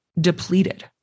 depleted